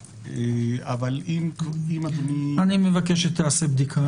אבל אם אדוני --- אני מבקש שתיעשה בדיקה.